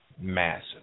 massive